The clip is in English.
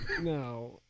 No